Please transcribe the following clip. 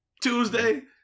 Tuesday